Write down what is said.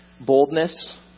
boldness